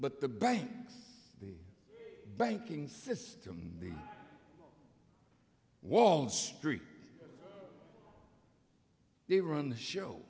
but the banks the banking system the wall street they run the show